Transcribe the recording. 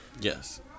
Yes